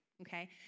Okay